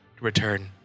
return